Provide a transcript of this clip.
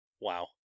Wow